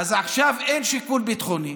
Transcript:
אז עכשיו אין שיקול ביטחוני,